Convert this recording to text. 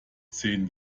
sehen